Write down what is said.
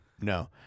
no